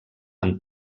amb